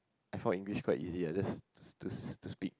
I found English quite easy lah just to to to speak